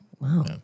wow